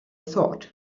thought